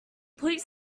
please